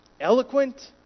eloquent